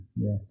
Yes